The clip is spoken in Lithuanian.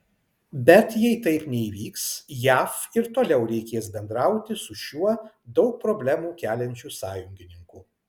bet jei taip neįvyks jav ir toliau reikės bendrauti su šiuo daug problemų keliančiu sąjungininku